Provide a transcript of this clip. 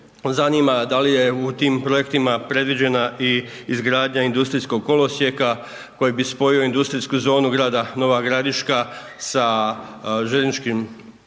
zanima da li je u tim projektima predviđena i izgradnja industrijskog kolosijeka koji bi spojio industrijsku zonu grada Nova Gradiška sa željezničkim